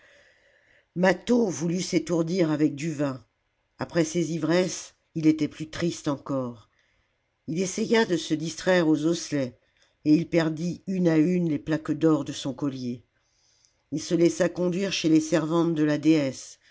mâtho voulut s'étourdir avec du vin après ses ivresses il était plus triste encore ii essaya de se distraire aux osselets et il perdit une à une les plaques d'or de son collier ii se laissa conduire chez les servantes de la déesse